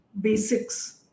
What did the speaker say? basics